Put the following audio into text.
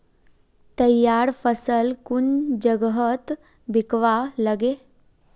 तैयार फसल कुन जगहत बिकवा लगे?